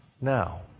now